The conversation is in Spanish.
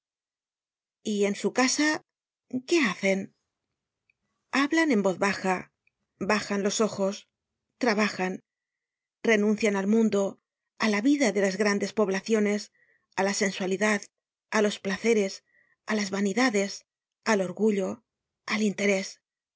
y en su casa qué hacen hablan en voz baja bajan los ojos trabajan renuncian al mundo á la vida de las grandes poblaciones á la sensualidad á los placeres á las vanidades al orgullo al interés